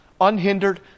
unhindered